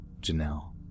Janelle